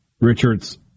Richard's